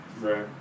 Right